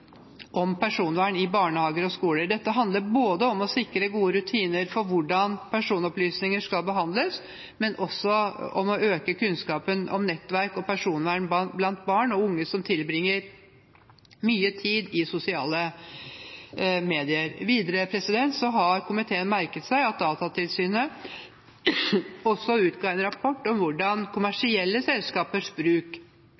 om personvern i barnehager og skoler. Dette handler om å sikre gode rutiner for hvordan personopplysninger skal behandles, men også om å øke kunnskapen om nettverk og personvern blant barn og unge som tilbringer mye tid i sosiale medier. Videre har komiteen merket seg at Datatilsynet også har utarbeidet en rapport om hvordan